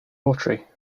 autry